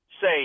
say